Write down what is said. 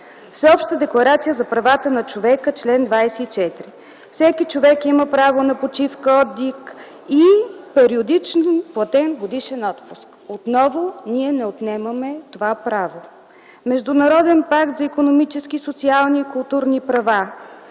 Всеобща декларация за правата на човека по чл. 24: „Всеки човек има право на почивка, отдих и периодичен платен годишен отпуск.” Отново ние не отнемаме това право. Международен пакт за икономически, социални и културни права.